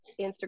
instagram